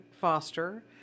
Foster